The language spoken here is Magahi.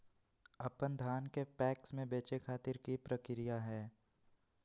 अपन धान के पैक्स मैं बेचे खातिर की प्रक्रिया हय?